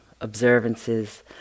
observances